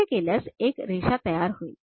असे केल्यास एक रेषा तयार होईल